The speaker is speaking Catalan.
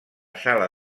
sala